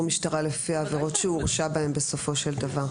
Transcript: משטרה לפי העבירות שהוא הורשע בהן בסופו של דבר?